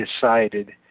decided